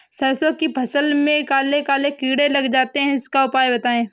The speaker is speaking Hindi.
सरसो की फसल में काले काले कीड़े लग जाते इसका उपाय बताएं?